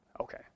okay